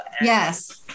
Yes